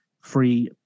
free